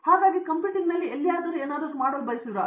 ಹಾಗಾಗಿ ಕಂಪ್ಯೂಟಿಂಗ್ನಲ್ಲಿ ಎಲ್ಲಿಯಾದರೂ ಮಾಡಲು ಬಯಸುವಿರಾ